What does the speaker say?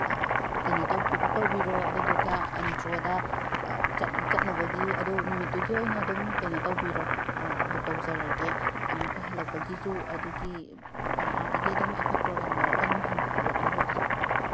ꯀꯩꯅꯣ ꯄꯤꯛꯀꯞ ꯇꯧꯕꯤꯔꯣ ꯑꯗꯨꯗꯨꯒ ꯑꯟꯗ꯭ꯔꯣꯗ ꯆꯠꯅꯕꯒꯤ ꯑꯗꯣ ꯅꯨꯃꯤꯠꯇꯨꯒꯤ ꯑꯣꯏꯅ ꯑꯗꯨꯝ ꯀꯩꯅꯣ ꯇꯧꯕꯤꯔꯣ ꯕꯨꯛ ꯇꯧꯖꯔꯒꯦ ꯑꯃꯨꯛꯀ ꯍꯜꯂꯛꯄꯒꯤꯁꯨ ꯑꯗꯨꯒꯤ ꯑꯥꯗꯒꯤ ꯑꯗꯨꯝ ꯑꯩꯈꯣꯏ ꯄ꯭ꯔꯣꯒꯥꯝ ꯂꯣꯏꯔꯒ ꯑꯗꯨꯝ ꯍꯜꯂꯛꯅꯕꯒꯤ